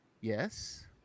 yes